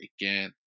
again